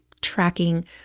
tracking